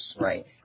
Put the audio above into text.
Right